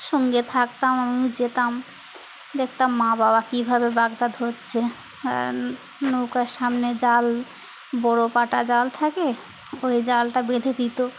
সঙ্গে থাকতাম আমিও যেতাম দেখতাম মা বাবা কীভাবে বাগদা ধরছে নৌকার সামনে জাল বড়ো পাটা জাল থাকে ওই জালটা বেঁধে দিতো